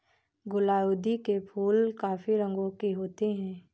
गुलाउदी के फूल काफी रंगों के होते हैं